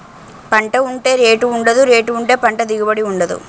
పంట ఉంటే రేటు ఉండదు, రేటు ఉంటే పంట దిగుబడి ఉండదు